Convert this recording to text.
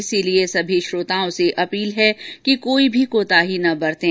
इसलिए सभी श्रोताओं से अपील है कि कोई भी कोताही न बरतें